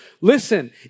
Listen